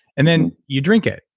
and then you drink it.